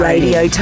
Radio